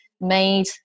made